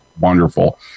wonderful